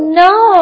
no